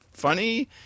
Funny